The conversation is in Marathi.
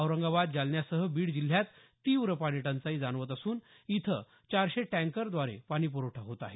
औरंगाबाद जालन्यासह बीड जिल्ह्यात तीव्र पाणी टंचाई जाणवत असून इथं चारशे टँकरद्वारे पाणीप्रवठा होत आहे